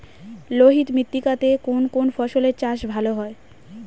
লোহিত মৃত্তিকা তে কোন কোন ফসলের চাষ ভালো হয়?